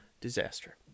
disaster